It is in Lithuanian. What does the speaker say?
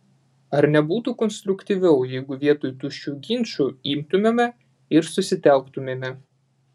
ar nebūtų konstruktyviau jeigu vietoj tuščių ginčų imtumėme ir susitelktumėme